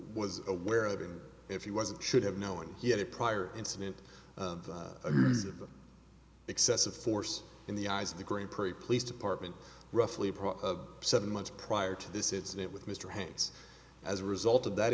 was aware of it if he wasn't should have known he had a prior incident of excessive force in the eyes of the grand prix police department roughly seven months prior to this incident with mr hantz as a result of that